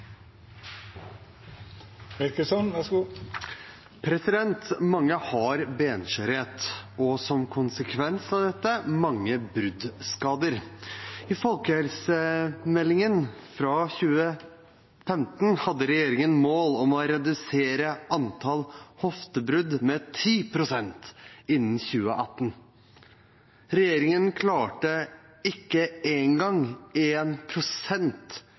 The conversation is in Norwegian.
Mange har benskjørhet og som en konsekvens av dette mange bruddskader. I folkehelsemeldingen fra 2015 hadde regjeringen som mål å redusere antallet hoftebrudd med 10 pst. innen 2018. Regjeringen klarte